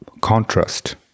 contrast